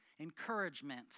encouragement